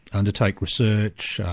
undertake research,